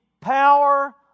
power